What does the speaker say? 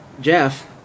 Jeff